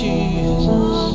Jesus